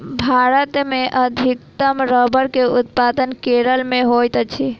भारत मे अधिकतम रबड़ के उत्पादन केरल मे होइत अछि